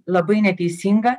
labai neteisinga